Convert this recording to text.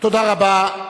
תודה רבה.